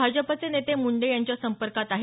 भाजपचे नेते मुंडे यांच्या संपर्कात आहेत